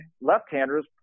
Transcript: left-handers